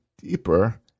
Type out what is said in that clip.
deeper